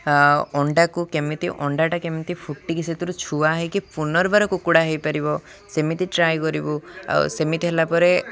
ଆଉ ଅଣ୍ଡାକୁ କେମିତି ଅଣ୍ଡାଟା କେମିତି ଫୁଟିକି ସେଥିରୁ ଛୁଆ ହେଇକି ପୁନର୍ବାର କୁକୁଡ଼ା ହେଇପାରିବ ସେମିତି ଟ୍ରାଏ କରିବୁ ଆଉ ସେମିତି ହେଲା ପରେ